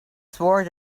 sword